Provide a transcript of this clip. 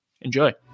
Enjoy